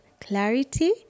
clarity